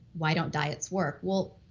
why don't diets work? well,